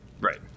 right